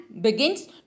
begins